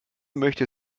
möchte